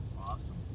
Awesome